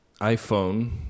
iPhone